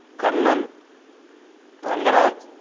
Kannan Rangaraj